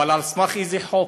ועל סמך איזה חוק?